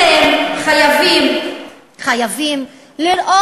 את זה אתם חייבים לראות.